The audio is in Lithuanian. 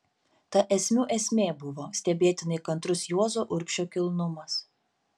ta esmių esmė buvo stebėtinai kantrus juozo urbšio kilnumas